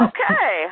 Okay